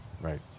Right